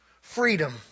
freedom